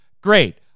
Great